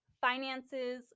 finances